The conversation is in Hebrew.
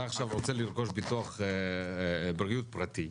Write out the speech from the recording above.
אתה עכשיו רוצה לרכוש ביטוח בריאות פרטי,